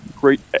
great